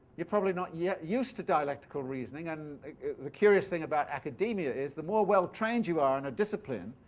you're probably not yet used to dialectical reasoning, and the curious thing about academia is that the more well trained you are in a discipline,